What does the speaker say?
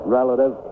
relative